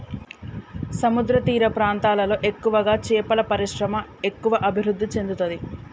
సముద్రతీర ప్రాంతాలలో ఎక్కువగా చేపల పరిశ్రమ ఎక్కువ అభివృద్ధి చెందుతది